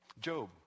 Job